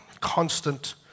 constant